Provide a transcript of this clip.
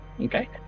Okay